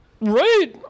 right